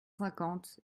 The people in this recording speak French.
cinquante